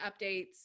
updates